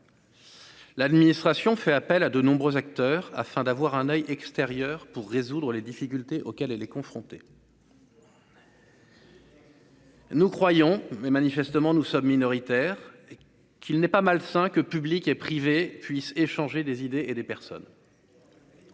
L'administration fait appel à de nombreux acteurs afin d'avoir un oeil extérieur pour résoudre les difficultés auxquelles elle est confrontée. Nous croyons, mais manifestement nous sommes minoritaires et qu'il n'est pas malsain que publiques et privées puissent échanger des idées et des personnes.